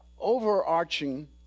overarching